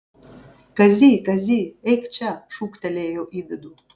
kazy kazy eik čia šūktelėjo į vidų